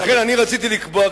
לכן אני רציתי לקבוע,